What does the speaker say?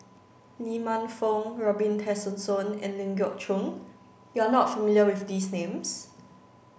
Lee Man Fong Robin Tessensohn and Ling Geok Choon you are not familiar with these names